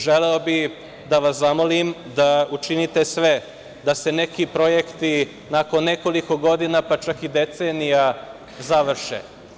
Želeo bih da vas zamolim da učinite sve da se neki projekti nakon nekoliko godina, pa čak i decenija, završe.